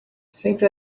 sempre